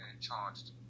charged